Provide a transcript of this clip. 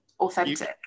Authentic